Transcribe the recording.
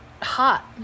hot